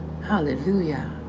hallelujah